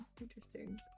Interesting